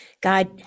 God